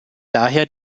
daher